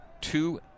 two